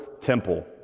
temple